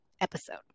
episode